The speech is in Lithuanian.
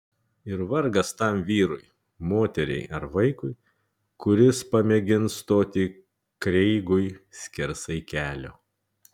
ir vargas tam vyrui moteriai ar vaikui kuris pamėgins stoti kreigui skersai kelio